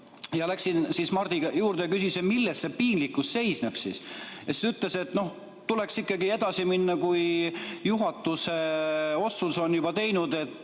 läksin Mardi juurde ja küsisin, milles see piinlikkus siis seisneb. Ta ütles, et tuleks ikkagi edasi minna, kui juhatuse otsus on juba tehtud, et